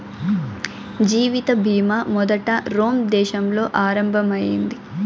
జీవిత బీమా మొదట రోమ్ దేశంలో ఆరంభం అయింది